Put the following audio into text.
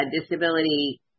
disability